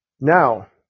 Now